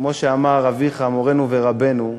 כמו שאמר אביך, מורנו ורבנו: